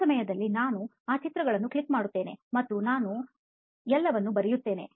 ಆ ಸಮಯದಲ್ಲಿ ನಾನು ಆ ಚಿತ್ರಗಳನ್ನು click ಮಾಡುತ್ತೇನೆ ಮತ್ತು ನಾನು ಎಲ್ಲವನ್ನೂ ಬರೆಯುತ್ತೇನೆ